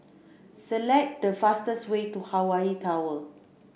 select the fastest way to Hawaii Tower